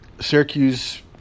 Syracuse